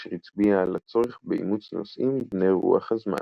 אשר הצביע על הצורך באימוץ נושאים בני רוח הזמן.